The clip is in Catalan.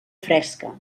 fresca